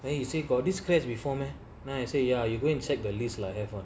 then you say got this scratch before meh then I say ya you go and check the list lah have [one]